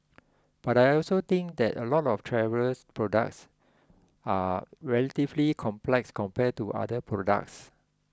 but I also think that a lot of travellers products are relatively complex compared to other products